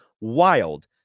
wild